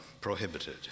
prohibited